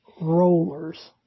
rollers